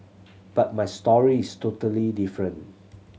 but my story is totally different